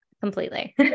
Completely